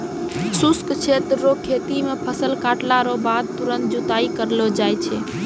शुष्क क्षेत्र रो खेती मे फसल काटला रो बाद तुरंत जुताई करलो जाय छै